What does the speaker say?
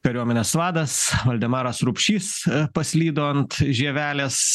kariuomenės vadas valdemaras rupšys paslydo ant žievelės